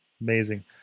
Amazing